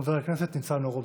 חבר הכנסת ניצן הורוביץ.